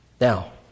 Now